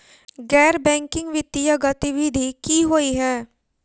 गैर बैंकिंग वित्तीय गतिविधि की होइ है?